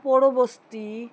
পোড়ো বস্তি